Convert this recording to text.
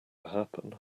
happen